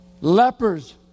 Lepers